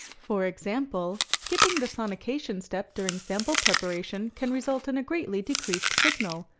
for example, skipping the sonication step during sample preparation can result in a greatly decreased signal,